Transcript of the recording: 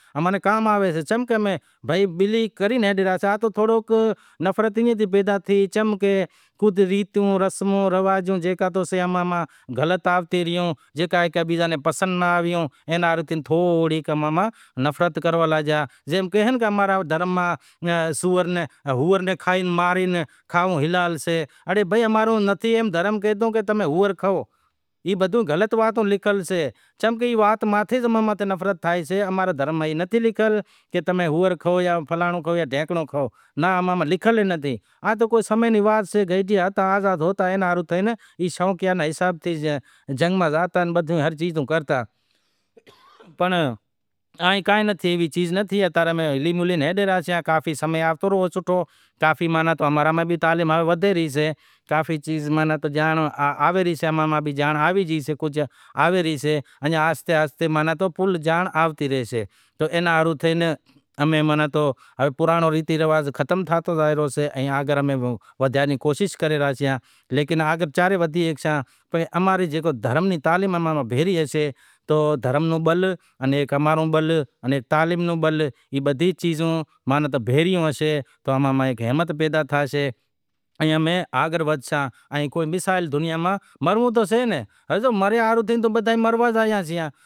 رات رو مینڑو راکھتا، رات رو مینڑو ای شئے کہ گریب مانڑو، کو آٹھ دیگاں، کو داہ دیکاں پورے نیں پڑے شگتا۔ امیں کوشش ای کری کہ تھوڑے ٹیم ری تبدیلی کری شے کہ ڈانہن رو ٹانڑو راکھیو شے زیکو بھی سئے ودہیک ناں تو بھی پانس نیانڑیں زماڑے پسے ایئاں رے نام رو زیکو بھی گیتا پاٹھ کرائے اینا نام ری دعا مانگے تو پرماتما اینا سٹھے گھرے اوتار لائے اینا نمونے تھی ہمیں جیکو بھی سئے ای اتارے خاص کرے امیں کرے رہیا سے جیکو بھی امارے وڈیارے قوم رو سئے کوشش اما ری ای لاگل پڑی سئے کہ اماں میں جیکو بھی سئے ریت رسم سئے جیکو بھی سئے ای تو ای نائیں کی ام میں ساگی کرسے پر شادی مرادی ایئاں مہینڑاں خاش کرے تھوڑی اماری تبدیلی آوی شے۔ تبدیلی لایا تی شوں کی امارا کجھ ناں کجھ بیزو ناں تو خرچ پانڑی جیکو بھی سئے کجھ ناں کجھ تو بچاوتا سیں۔ ای پیسو بچائے امیں اماں را سوکراں ناں تعلیم ڈیاوڑشاں۔ تعلیم آلا تی پسے خبر پڑسے کہ یار واقعے تعلیم ہیک شعور ہوشے ای وجہ تی ہماری وڈیار قوم مہیں ای ہماری کوشش لاگل پڑی شئہ کہ ہمیں اگر لائوں۔